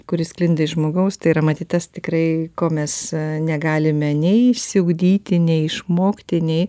kuris sklinda iš žmogaus tai yra matyt tas tikrai ko mes negalime nei išsiugdyti nei išmokti nei